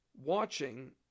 watching